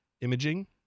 imaging